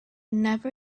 never